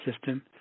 system